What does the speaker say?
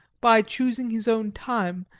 by choosing his own time,